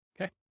Okay